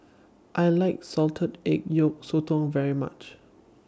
I like Salted Egg Yolk Sotong very much